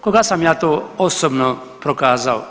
Koga sam ja to osobno prokazao?